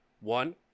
one